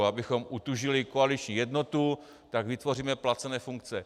Abychom utužili koaliční jednotu, tak vytvoříme placené funkce.